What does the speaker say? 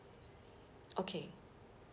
okay